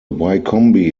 wycombe